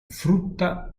frutta